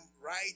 right